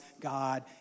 God